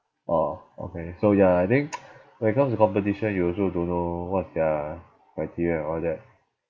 orh okay so ya I think when it comes to competition you also don't know what's their criteria and all that